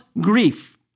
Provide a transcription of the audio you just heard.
grief